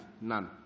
None